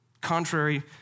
contrary